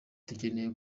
dukeneye